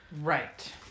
Right